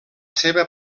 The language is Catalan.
seva